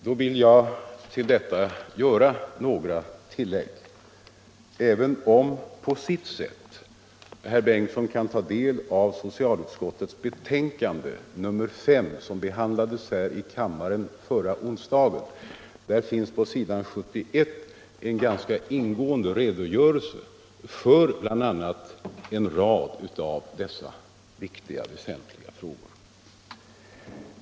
Får jag så göra några tillägg till svaret. Herr Bengtsson kan också ta del av socialutskottets betänkande nr 5, som vi behandlade här i kammaren förra onsdagen. Där finns det på s. 71 en ganska ingående redogörelse för en del av dessa viktiga frågor.